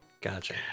Gotcha